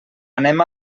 anem